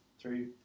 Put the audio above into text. three